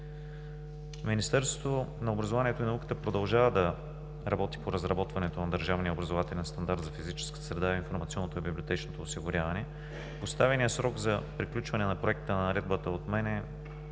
Министерството на образованието и науката продължава да работи по разработването на държавния образователен стандарт за физическа среда и информационното библиотечно осигуряване. Поставеният срок за приключване на проекта на наредбата от мен е